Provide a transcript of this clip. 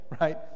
right